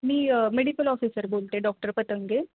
मी medical officer बोलते doctor Patange